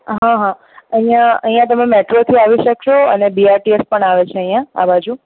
હં હં અહીંયા અહીંયા તમે મેટ્રોથી આવી શકશો અને બીઆરટીએસ પણ આવે છે અહીંયા આ બાજુ